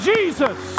Jesus